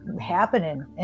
happening